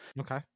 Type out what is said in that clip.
Okay